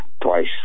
twice